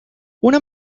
una